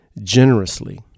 generously